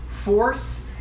Force